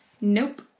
Nope